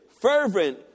fervent